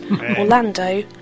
Orlando